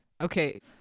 Okay